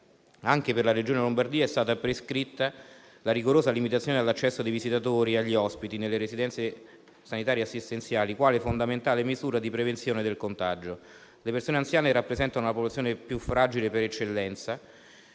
anche per la Regione Lombardia è stata prescritta la rigorosa limitazione all'accesso dei visitatori agli ospiti nelle residenze sanitarie assistenziali quale fondamentale misura di prevenzione del contagio. Le persone anziane rappresentano la popolazione più fragile per eccellenza